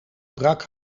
brak